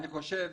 אני חושב